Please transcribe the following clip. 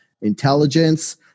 intelligence